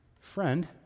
friend